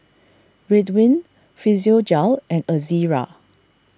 Ridwind Physiogel and Ezerra